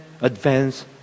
advance